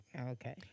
Okay